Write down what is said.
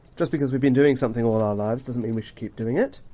just because we've been doing something all our lives doesn't mean we should keep doing it.